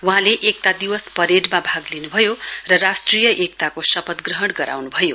वहाँले एकता दिवस परेडमा भाग लिनुभयो र राष्ट्रिय एकताको शपथ ग्रहण गराउनु भयो